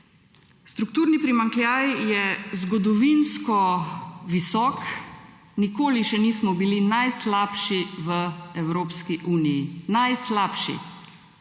Strukturni primanjkljaj je zgodovinsko visok, nikoli še nismo bili najslabši v Evropski uniji. Najslabši.